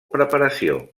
preparació